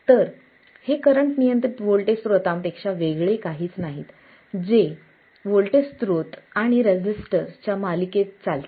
तर हे करंट नियंत्रित व्होल्टेज स्त्रोतांपेक्षा वेगळे काहीच नाही जे व्होल्टेज स्त्रोत आणि रेझिस्टर च्या मालिकेत चालते